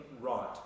right